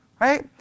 Right